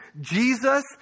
Jesus